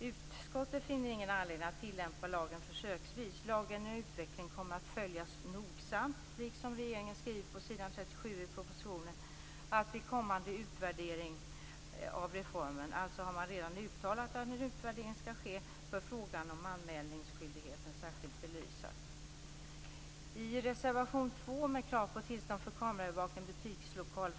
Utskottet finner ingen anledning att tillämpa lagen försöksvis. Lagen och utvecklingen kommer att följas nogsamt. Regeringen skriver på s. 37 i propositionen att vid en kommande utvärdering av reformen - man har alltså redan uttalat att en utvärdering skall ske - bör frågan om anmälningsskyldigheten särskilt belysas. I reservation 2 från Miljöpartiet finns krav på tillstånd för kameraövervakning i butikslokaler.